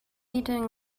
eating